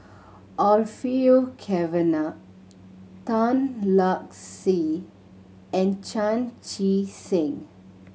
Orfeur Cavenagh Tan Lark Sye and Chan Chee Seng